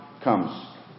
comes